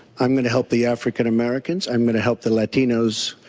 i'm going to help the african-americans, i'm going to help the latinos,